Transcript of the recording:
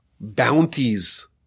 bounties